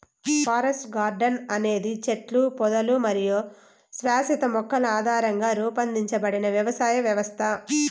forest garden అనేది చెట్లు, పొదలు మరియు శాశ్వత మొక్కల ఆధారంగా రూపొందించబడిన వ్యవసాయ వ్యవస్థ